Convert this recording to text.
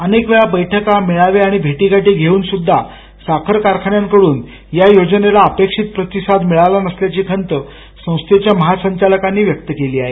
अनेकवेळा बैठका मेळावे आणि भेर्टींगाठी घेऊन सुद्धा साखर कारखान्यांकडून या योजनेला अपेक्षित प्रतिसाद मिळाला नसल्याची खंत संस्थेच्या महासंचालकांनी व्यक्त केली आहे